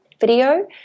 video